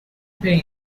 pay